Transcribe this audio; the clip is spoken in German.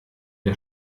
der